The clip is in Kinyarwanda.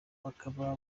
bakaba